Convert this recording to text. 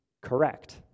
correct